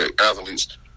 athletes